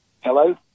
Hello